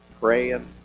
praying